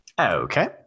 Okay